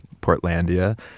Portlandia